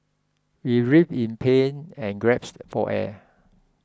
he writhed in pain and gasped for air